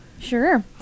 Sure